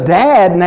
dad